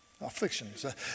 Afflictions